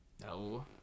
No